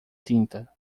tinta